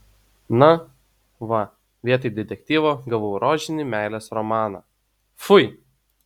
na va vietoj detektyvo gavau rožinį meilės romaną fui